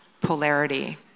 polarity